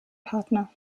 partner